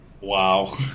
Wow